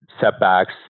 setbacks